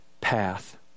path